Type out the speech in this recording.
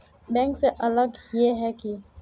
Bank से अलग हिये है की?